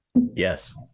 Yes